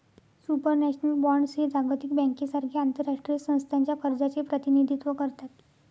supranational bonds हे जागतिक बँकेसारख्या आंतरराष्ट्रीय संस्थांच्या कर्जाचे प्रतिनिधित्व करतात